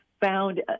found